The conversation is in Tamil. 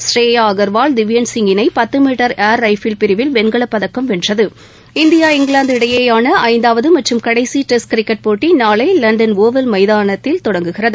ஸ்ரேயா அகர்வால் திவ்யன்சிங் இணை பத்து மீட்டர் ஏர் ரைபில் பிரிவில் வெண்கலப்பதக்கம் வென்றது இந்தியா இங்கிலாந்து இடையேயான ஐந்தாவது மற்றும் கடைசி டெஸ்ட் கிரிக்கெட் போட்டி நாளை லண்டன் ஓவல் மைதானத்தில் தொடங்குகிறது